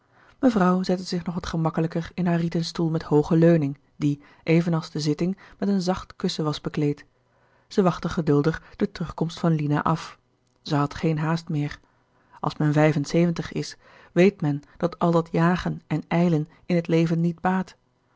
mevrouw zette zich nog wat gemakkelijker in haar rieten stoel met hooge leuning die even als de zitting gerard keller het testament van mevrouw de tonnette met een zacht kussen was bekleed zij wachtte geduldig de terugkomst van lina af zij had geen haast meer als men vijf en zeventig is weet men dat al dat jagen en ijlen in het leven niet baat